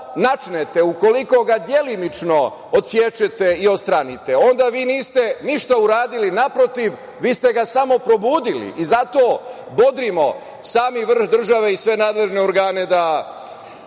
načnete, ukoliko ga delimično odsečete i odstranite onda vi niste ništa uradili, naprotiv vi ste ga samo probudili. Zato bodrimo sami vrh države i nadležne organe da